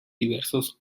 diversos